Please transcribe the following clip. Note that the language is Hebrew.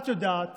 את יודעת